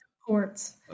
Courts